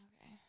Okay